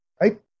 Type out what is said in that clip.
Right